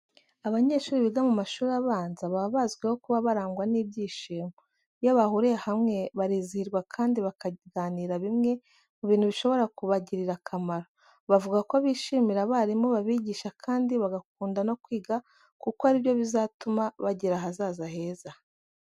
Abanyeshuri biga mu mashuri abanza baba bazwiho kuba barangwa n'ibyishimo. Iyo bahuriye hamwe barizihirwa kandi bakaganira bimwe mu bintu bishobora kubagirira akamaro. Bavuga ko bishimira abarimu babigisha kandi bagakunda no kwiga kuko ari byo bizatuma bagira ahazaza heza.